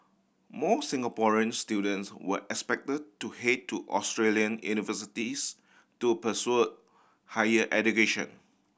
more Singaporean students were expect to head to Australian universities to pursue higher education